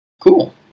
cool